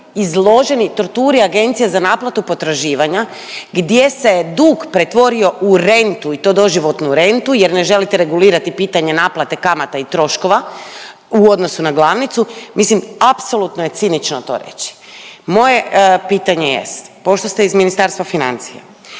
izloženi torturi Agencija za naplatu potraživanja gdje se je dug pretvorio u rentu i to doživotnu rentu jer ne želite regulirati pitanje naplate kamata i troškova u odnosu na glavnicu, mislim apsolutno je cinično to reći. Moje pitanje jest, pošto ste iz Ministarstva financija,